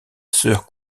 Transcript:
sœur